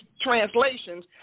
translations